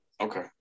Okay